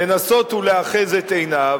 לנסות ולאחז את עיניו,